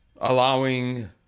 allowing